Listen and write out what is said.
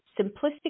simplistic